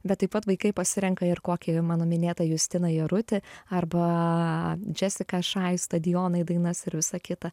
bet taip pat vaikai pasirenka ir kokį mano minėtą justiną jarutį arba džesiką shy stadionai dainas ir visa kita